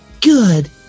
good